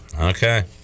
Okay